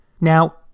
Now